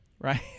right